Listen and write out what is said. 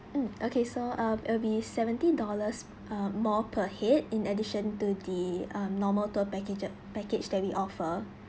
mm okay so um it will be seventy dollars uh more per head in addition to the um normal tour packages package that we offer